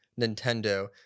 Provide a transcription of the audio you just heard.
Nintendo